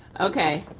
okay.